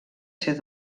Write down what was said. ser